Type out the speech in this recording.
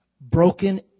broken